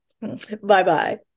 Bye-bye